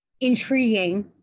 intriguing